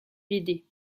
l’aider